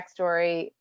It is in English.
backstory